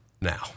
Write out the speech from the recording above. now